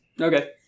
Okay